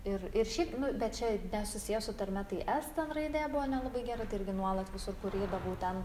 ir ir šiaip nu bet čia nesusiję su tarme tai es ten raidė buvo nelabai gera tai irgi nuolat visur kur eidavau ten